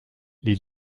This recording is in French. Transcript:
les